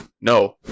no